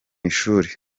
ishuri